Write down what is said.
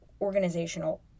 organizational